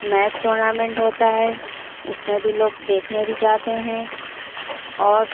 match tournament ہوتا ہے اس میں بھی لوگ دیکھنے بھی جاتے ہیں اور